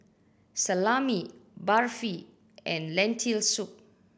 Salami Barfi and Lentil Soup